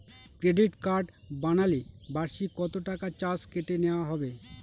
Credit card বানালে বার্ষিক কত টাকা চার্জ কেটে নেওয়া হবে?